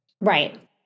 Right